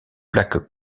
plaque